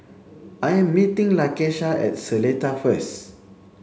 I am meeting Lakesha at Seletar first